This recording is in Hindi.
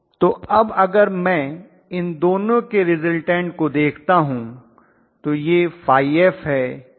तो अब अगर मैं इन दोनों के रिज़ल्टन्ट को देखता हूं तो यह ϕf है और यह ϕa है